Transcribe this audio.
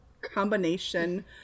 combination